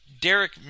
Derek